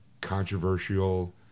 controversial